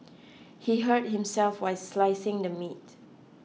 he hurt himself while slicing the meat